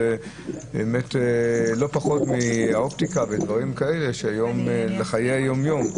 שלא פחות מאופטיקה ודברים כאלה והן חשובות לחיי היום יום.